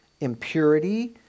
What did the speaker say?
Impurity